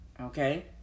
okay